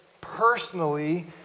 personally